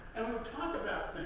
talk about